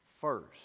first